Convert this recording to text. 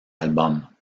albums